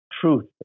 Truth